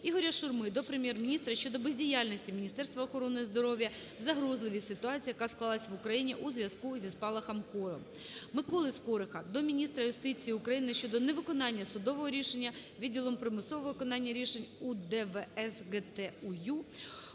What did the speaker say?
Ігоря Шурми до Прем'єр-міністра щодо бездіяльності Міністерства охорони здоров'я в загрозливій ситуації, яка склалася в Україні у зв'язку зі спалахом кору. Миколи Скорика до міністра юстиції України щодо невиконання судового рішення відділом примусового виконання рішень УДВС ГТУЮ